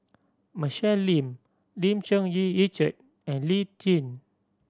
Michelle Lim Lim Cherng Yih Richard and Lee Tjin